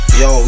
yo